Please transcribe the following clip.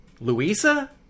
Louisa